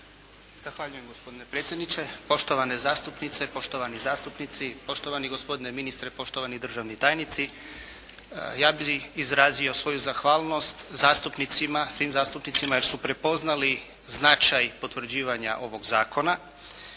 Zahvaljujem gospodine predsjedniče, poštovane zastupnice, poštovani zastupnici, poštovani gospodine ministre, poštovani državni tajnici. Ja bih izrazio svoju zahvalnost zastupnicima, svim zastupnicima jer su prepoznali značaj potvrđivanja ovog zakona.